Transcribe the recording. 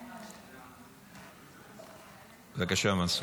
בבקשה, מנסור.